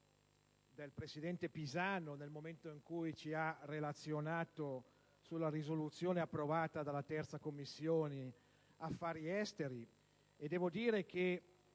del presidente Pisanu nel momento in cui ci ha relazionato sulla risoluzione approvata dalla Commissione affari esteri. Al di là